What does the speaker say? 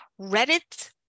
Reddit